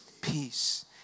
peace